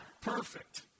perfect